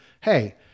hey